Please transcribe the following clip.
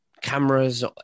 cameras